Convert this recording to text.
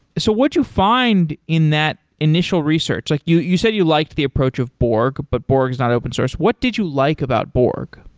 so what you find in that initial research, like you you said you liked the approach of borg, but borg is not open source. what did you like about borg?